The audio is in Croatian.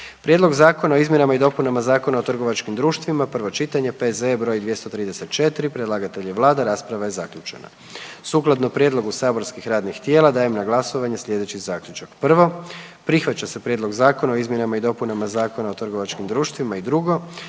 Prijedlog zakona o izmjenama i dopunama Zakona o prekograničnom prometu i trgovini divljim vrstama, prvo čitanje, P.Z.E. 167, predlagatelj je Vlada, rasprava je zaključena. Sukladno prijedlogu saborskih radnih tijela dajem na glasovanje sljedeći Zaključak. 1. Prihvaća se Prijedlog Zakona o izmjenama i dopunama Zakona o prekograničnom